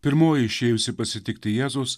pirmoji išėjusi pasitikti jėzaus